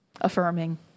affirming